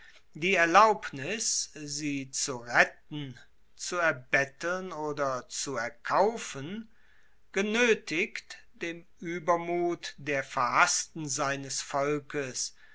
die erlaubnis sie zu retten zu erbetteln oder zu erkaufen genoetigt dem uebermut der verhassten seines volkes